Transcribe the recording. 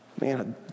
man